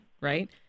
right